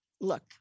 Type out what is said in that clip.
look